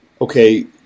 Okay